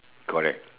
correct